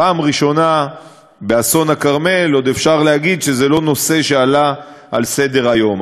פעם ראשונה באסון הכרמל עוד אפשר להגיד שזה לא נושא שעלה על סדר-היום.